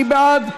מי בעד,